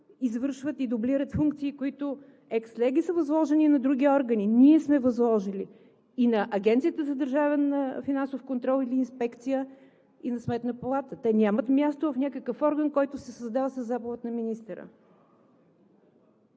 извършват и дублират функции, които екс леге са възложени на други органи. Ние сме възложили и на Агенцията за държавна финансова инспекция, и на Сметната палата. Те нямат място в някакъв орган, който се създава със заповед на министъра.